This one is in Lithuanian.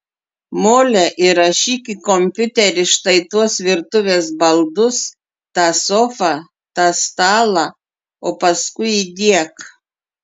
mole įrašyk į kompiuterį štai tuos virtuvės baldus tą sofą tą stalą o paskui įdiek